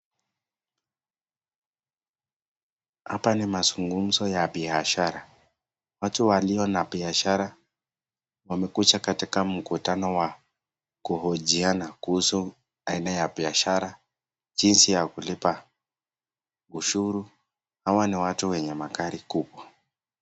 Hapa ni mazungumzo ya biashara , watu walio na biashara, wamekuja katika mkutano wa , kuhojiana kuhusu aina ya biashara , jinsi ya kulipa ushuru . Hawa ni watu wenye magari kubwa.